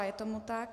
Je tomu tak.